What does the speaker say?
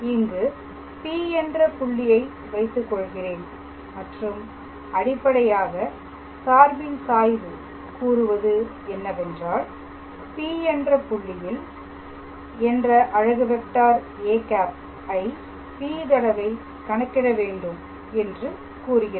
இங்கு P என்ற புள்ளியை வைத்துக்கொள்கிறேன் மற்றும் அடிப்படையாக சார்பின் சாய்வு கூறுவது என்னவென்றால் P என்ற புள்ளியில் என்ற அலகு வெக்டார் â ஐ P தடவை கணக்கிட வேண்டும் என்று கூறுகிறது